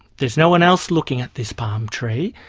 there's no one else looking at this palm tree,